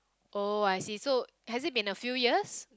oh I see so has it been a few years